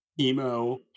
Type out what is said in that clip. emo